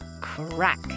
Crack